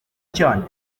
cyane